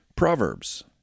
PROVERBS